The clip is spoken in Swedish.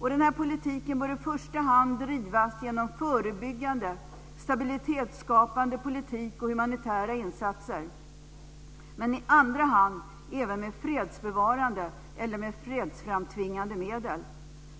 Denna politik bör i första hand drivas genom förebyggande, stabilitetsskapande politik och humanitära insatser, men i andra hand även med fredsbevarande eller fredsframtvingande medel.